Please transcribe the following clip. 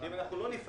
אם אנחנו לא נפעל